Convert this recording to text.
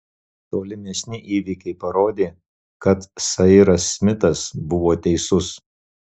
tolimesni įvykiai parodė kad sairas smitas buvo teisus